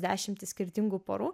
dešimtys skirtingų porų